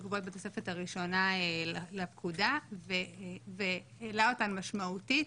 קבועות בתוספת הראשונה לפקודה והעלה אותן משמעותית,